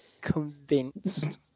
convinced